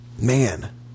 Man